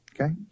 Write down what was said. okay